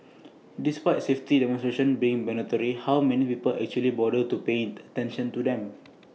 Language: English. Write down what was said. despite safety demonstrations being mandatory how many people actually bother to paying attention to them